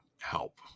help